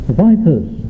vipers